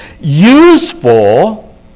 useful